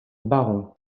barons